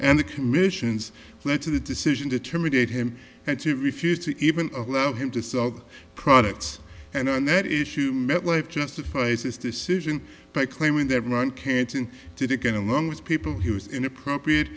and the commissions led to the decision to terminate him and he refused to even allow him to sell products and on that issue met life justifies his decision by claiming that ron canton didn't get along with people he was inappropriate